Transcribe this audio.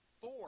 Four